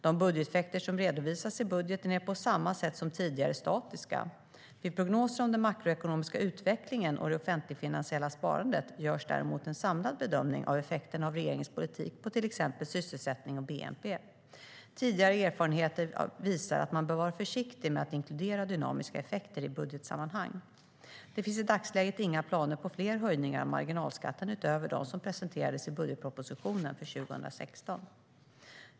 De budgeteffekter som redovisas i budgeten är på samma sätt som tidigare statiska. Vid prognoser på den makroekonomiska utvecklingen och det offentligfinansiella sparandet görs däremot en samlad bedömning av effekterna av regeringens politik på till exempel sysselsättning och bnp. Tidigare erfarenheter visar att man bör vara försiktig med att inkludera dynamiska effekter i budgetsammanhang. Det finns i dagsläget inga planer på fler höjningar av marginalskatten utöver dem som presenterades i budgetpropositionen för 2016.